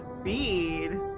speed